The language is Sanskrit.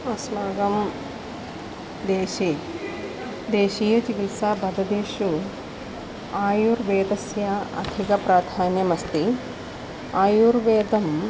अस्माकं देशे देशीयचिकित्सा पद्धतिषु आयुर्वेदस्य अधिकप्राधान्यमस्ति आयुर्वेदं